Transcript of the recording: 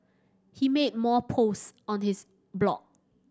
he made more posts on his blog